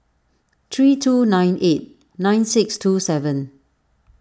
three two nine eight nine six two seven